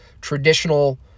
traditional